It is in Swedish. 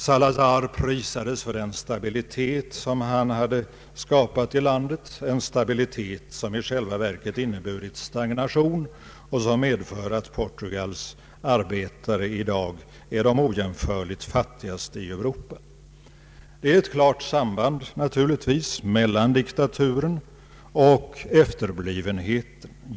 Salazar prisades för den stabilitet som han skapat i landet, en stabilitet som i själva verket innebar stagnation och som medfört att Portugals arbetare i dag är de ojämförligt fattigaste i Europa. Det finns naturligtvis ett klart samband mellan diktaturen och efterblivenheten.